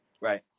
right